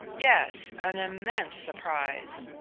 yes, an immense surprise.